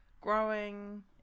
growing